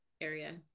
area